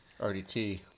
RDT